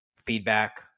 feedback